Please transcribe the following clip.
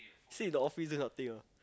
sit in the office this type of thing ah